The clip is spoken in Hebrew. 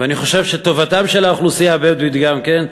ואני חושב שטובתה של האוכלוסייה הבדואית גם כן,